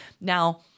Now